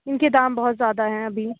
ان کے دام بہت زیادہ ہیں ابھی